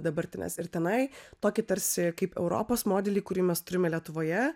dabartinės ir tenai tokį tarsi kaip europos modelį kurį mes turime lietuvoje